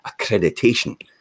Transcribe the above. accreditation